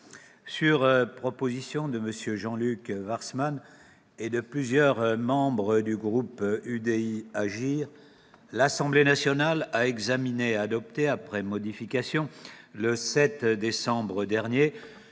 sur proposition de M. Jean-Luc Warsmann et de plusieurs membres du groupe UDI, Agir et Indépendants, l'Assemblée nationale a examiné et adopté après modifications, le 7 décembre dernier,